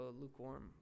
lukewarm